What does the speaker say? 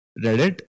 Reddit